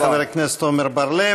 תודה רבה לחבר הכנסת עמר בר-לב.